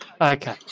okay